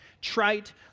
trite